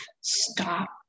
stop